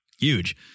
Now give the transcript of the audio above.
huge